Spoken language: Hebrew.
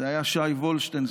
זה היה שי וולשטיין,